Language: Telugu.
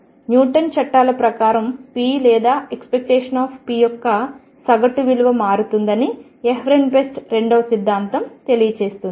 న్యూటన్ చట్టాల ప్రకారం p లేదా ⟨p⟩ యొక్క సగటు విలువ మారుతుందని ఎహ్రెన్ఫెస్ట్ రెండవ సిద్ధాంతం తెలియజేస్తుంది